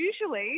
usually